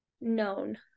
known